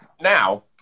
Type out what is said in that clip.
Now